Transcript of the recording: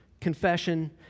confession